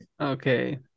Okay